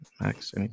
Max